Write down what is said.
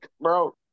bro